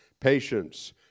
patience